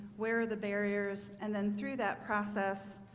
where are the barriers and then through that process?